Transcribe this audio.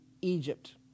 Egypt